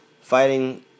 fighting